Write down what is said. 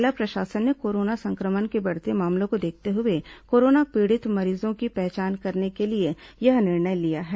जिला प्रशासन ने कोरोना संक्रमण के बढ़ते मामलों को देखते हुए कोरोना पीड़ित मरीजों की पहचान करने के लिए यह निर्णय लिया है